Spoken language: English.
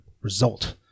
result